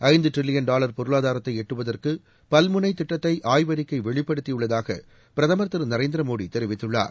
ஐந்து trillion dollar பொருளாதாரத்தை எட்டுவதற்கு பல்முனை திட்டத்தை ஆய்வறிக்கை வெளிப்படுத்தியுள்ளதாக பிரதமர் திரு நரேந்திர மோடி தெரிவித்துள்ளார்